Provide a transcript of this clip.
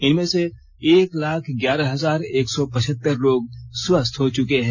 इनमें एक लाख ग्यारह हजार एक सौ पचहत्तर लोग स्वस्थ हो चुके हैं